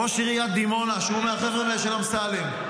ראש עיריית דימונה, שהוא מהחבר'ה של אמסלם.